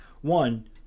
One